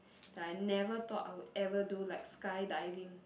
that I never thought I would ever do like skydiving